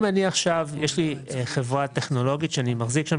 אם אני עכשיו יש לי חברה טכנולוגית שאני מחזיק שם